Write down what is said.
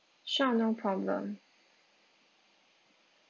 sure no problem